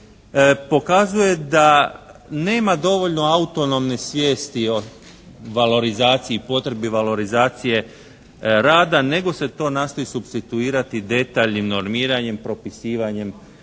pokazuje da nema dovoljno autonomne svijesti o valorizaciji, potrebi valorizacije rada nego se to nastoji supstituirati detaljnim normiranjem propisivanjem